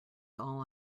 all